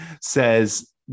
says